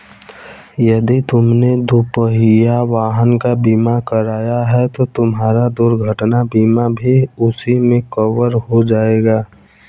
यदि तुमने दुपहिया वाहन का बीमा कराया है तो तुम्हारा दुर्घटना बीमा भी उसी में कवर हो जाएगा